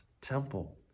temple